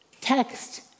text